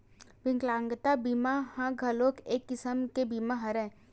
बिकलांगता बीमा ह घलोक एक किसम के बीमा हरय